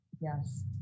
Yes